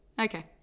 Okay